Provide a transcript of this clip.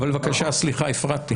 אבל בבקשה, סליחה, הפרעתי.